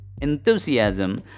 enthusiasm